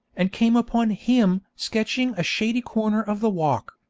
and came upon him sketching a shady corner of the walk.